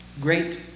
great